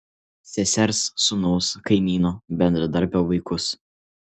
sesers sūnaus kaimyno bendradarbio vaikus